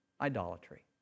idolatry